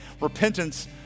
Repentance